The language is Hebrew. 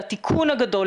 לתיקון הגדול,